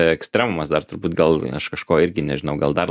ekstremumas dar turbūt gal aš kažko irgi nežinau gal dar